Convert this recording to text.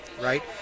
right